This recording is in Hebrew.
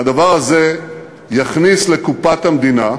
והדבר הזה יכניס לקופת המדינה,